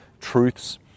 truths